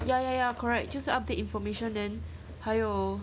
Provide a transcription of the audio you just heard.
ya ya ya correct 就是 update information then 还有